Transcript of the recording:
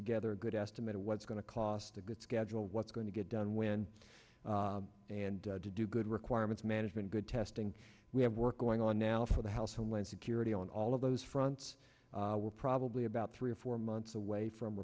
together a good estimate of what's going to cost a good schedule what's going to get done when and to do good requirements management good testing we have work going on now for the house homeland security on all of those fronts we're probably about three or four months away from